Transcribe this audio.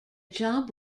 job